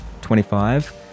25